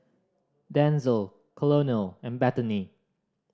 Denzel Colonel and Bethany